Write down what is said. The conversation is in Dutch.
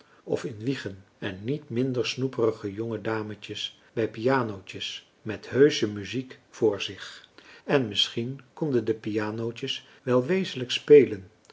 of in wiegen en niet minder snoeperige jonge dametjes bij pianootjes met heusche muziek vr zich en misschien konden de pianootjes wel wezenlijk spelen